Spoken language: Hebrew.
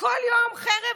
שכל יום חרב